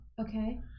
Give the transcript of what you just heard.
Okay